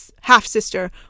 half-sister